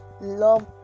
Love